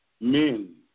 Men